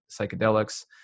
psychedelics